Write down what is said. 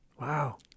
Wow